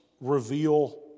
reveal